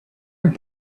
and